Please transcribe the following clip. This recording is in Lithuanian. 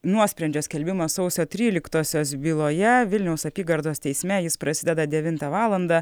nuosprendžio skelbimas sausio tryliktosios byloje vilniaus apygardos teisme jis prasideda devintą valandą